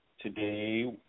today